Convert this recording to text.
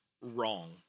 wrong